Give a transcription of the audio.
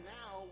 now